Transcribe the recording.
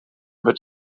but